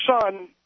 son